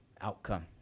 outcome